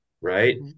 right